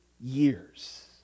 years